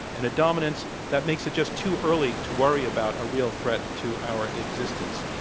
and a dominance that makes it just too early to worry about a real threat to our existence.